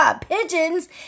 pigeons